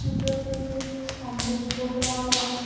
পুজোতে সন্দেশ ভোগ লাগানো